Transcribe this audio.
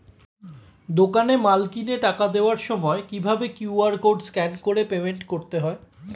দোকানে মাল কিনে টাকা দেওয়ার সময় কিভাবে কিউ.আর কোড স্ক্যান করে পেমেন্ট করতে হয়?